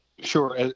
Sure